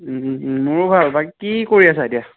মোৰো ভাল বাকী কি কৰি আছা এতিয়া